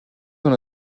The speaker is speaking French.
dans